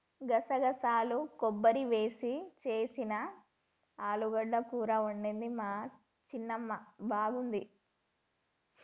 గసగసాలు కొబ్బరి వేసి చేసిన ఆలుగడ్డ కూర వండింది మా చిన్నమ్మ బాగున్నది